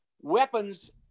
weapons